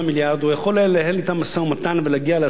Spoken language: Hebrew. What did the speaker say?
הוא יכול היה לנהל אתם משא-ומתן ולהגיע להסכמה,